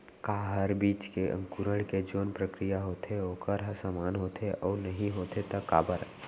का हर बीज के अंकुरण के जोन प्रक्रिया होथे वोकर ह समान होथे, अऊ नहीं होथे ता काबर?